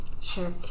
Sure